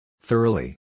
Thoroughly